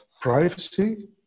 privacy